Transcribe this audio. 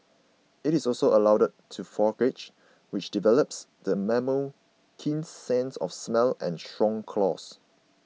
it is also allowed to forage which develops the mammal's keen sense of smell and strong claws